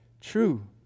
true